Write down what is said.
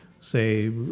say